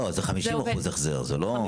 לא, זה חמישים אחוז החזר, זה לא.